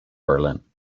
berlin